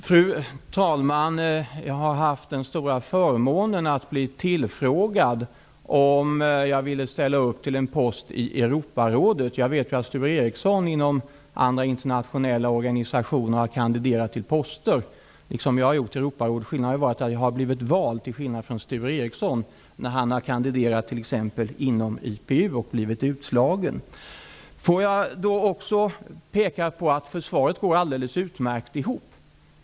Fru talman! Jag har haft den stora förmånen att bli tillfrågad om jag ville ställa upp till en post i Europarådet. Jag vet att Sture Ericson inom andra internationella organisationer har kandiderat till poster, liksom jag inför Europarådet. Jag har blivit vald, till skillnad från Sture Ericson när han t.ex. kandiderat inom IPU men blivit utslagen. Jag vill också påpeka att försvaret går alldeles utmärkt ihop.